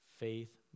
Faith